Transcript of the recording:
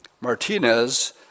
Martinez